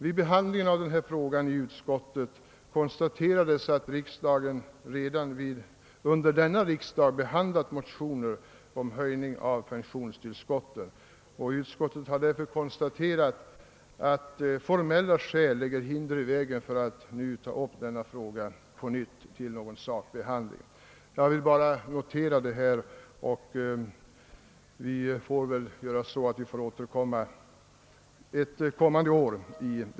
Vid behandlingen av denna fråga i utskottet konstaterades att riksdagen behandlat motioner om ' höjning av pensionstillskotten. Formella skäl lägger därför enligt utskottet hinder i vägen för att nu ta upp denna fråga till ny saklig behandling. Jag vill bara notera detta, men vi får återkomma till denna fråga ett kommande år.